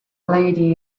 lady